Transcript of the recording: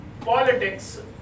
politics